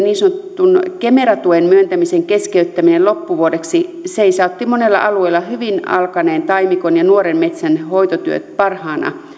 niin sanotun kemera tuen myöntämisen keskeyttäminen loppuvuodeksi seisautti monella alueella hyvin alkaneet taimikon ja nuoren metsän hoitotyöt parhaana